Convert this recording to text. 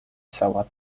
cała